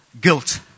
guilt